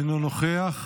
אינו נוכח,